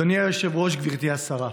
אדוני היושב-ראש, גברתי השרה,